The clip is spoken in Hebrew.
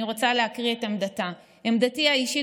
אני רוצה להקריא את עמדתה: "עמדתי האישית